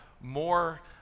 more